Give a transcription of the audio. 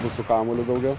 mūsų kamuolį daugiau